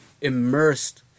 immersed